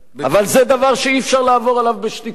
אבל זה דבר שאי-אפשר לעבור עליו בשתיקה.